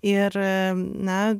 ir na